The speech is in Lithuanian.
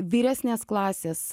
vyresnės klasės